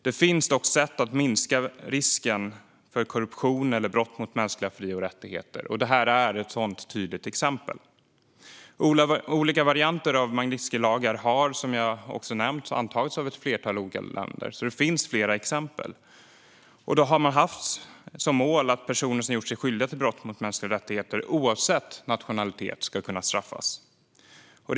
Det finns dock sätt att minska risken för korruption eller brott mot mänskliga fri och rättigheter. Det här är ett tydligt exempel på det. Olika varianter av Magnitskijlagar har, som jag också har nämnt, antagits av ett flertal olika länder. Det finns alltså flera exempel. Man har haft som mål att personer som har gjort sig skyldiga till brott mot mänskliga rättigheter ska kunna straffas oavsett nationalitet.